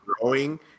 growing